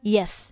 Yes